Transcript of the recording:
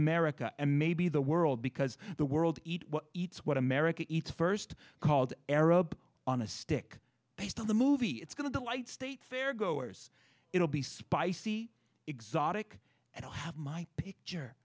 america and maybe the world because the world eats what america eats first called arab on a stick based on the movie it's going to light state fairgoers it'll be spicy exotic and i'll have my picture